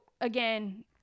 again